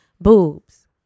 boobs